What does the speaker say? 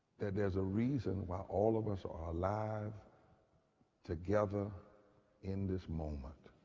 that there's a reason why all of us are alive together in this moment.